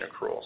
accruals